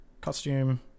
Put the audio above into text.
Costume